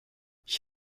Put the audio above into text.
ich